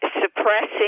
suppressing